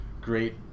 great